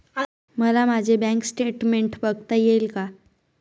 मला माझे bank statement बघता येईल का?